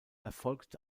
erfolgt